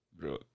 Bro